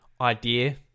idea